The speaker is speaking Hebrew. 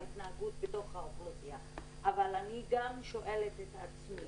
בהתנהגות בתוך האוכלוסייה אבל אני גם שואלת את עצמי,